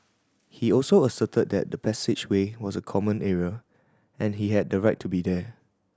he also asserted that the passageway was a common area and he had a right to be there